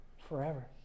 forever